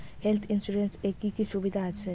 Health insurance এ কি কি সুবিধা আছে?